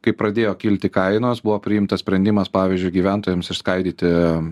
kai pradėjo kilti kainos buvo priimtas sprendimas pavyzdžiui gyventojams išskaidyti